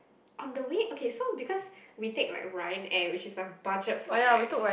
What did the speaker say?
on the way okay so because we take like Ryanair which is a budget flight right